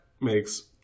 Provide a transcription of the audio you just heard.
makes